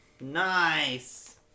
Nice